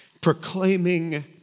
proclaiming